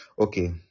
Okay